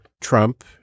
Trump